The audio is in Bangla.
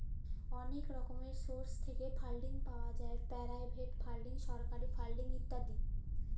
অলেক রকমের সোর্স থ্যাইকে ফাল্ডিং পাউয়া যায় পেরাইভেট ফাল্ডিং, সরকারি ফাল্ডিং ইত্যাদি